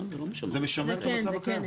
זה משמר את המצב הקיים.